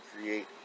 create